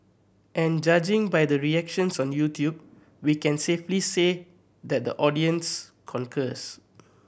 and judging by the reactions on YouTube we can safely say that the audience concurs